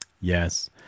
Yes